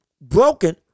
broken